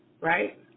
right